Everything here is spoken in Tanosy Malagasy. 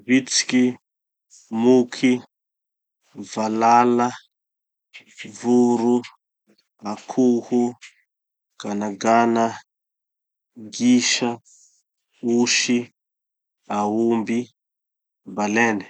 Vitsiky, moky, valala, voro, akoho, ganagana, gisa, osy, aomby, baleine.